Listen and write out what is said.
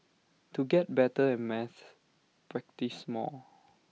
to get better at maths practise more